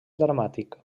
dramàtic